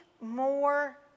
more